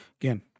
again